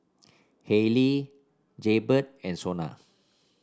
Haylee Jaybird and Sona